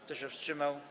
Kto się wstrzymał?